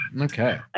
Okay